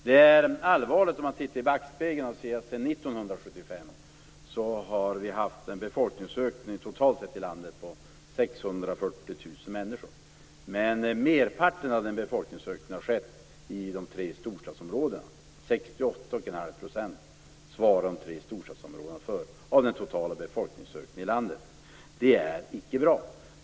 Det är när vi ser i backspegeln allvarligt att finna att man sedan 1975 totalt sett i landet visserligen har haft en befolkningsökning om 640 000 människor men att merparten av denna befolkningsökning har skett i de tre storstadsområdena. Dessa tre områden svarar för 68 1⁄2 % av den totala befolkningsökningen i landet. Det är icke bra.